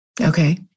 Okay